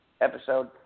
episode